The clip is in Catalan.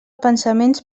pensaments